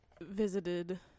visited